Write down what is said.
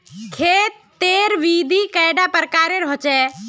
खेत तेर विधि कैडा प्रकारेर होचे?